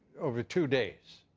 over two days?